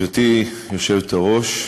גברתי היושבת-ראש,